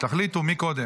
תחליטו מי קודם.